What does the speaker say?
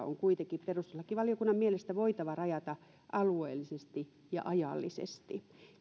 on kuitenkin perustuslakivaliokunnan mielestä voitava rajata alueellisesti ja ajallisesti